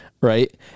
right